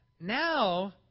now